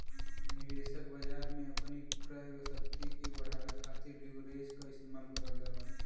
निवेशक बाजार में अपनी क्रय शक्ति के बढ़ावे खातिर लीवरेज क इस्तेमाल करल जाला